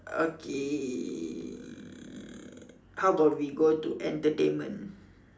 okay how about we go to entertainment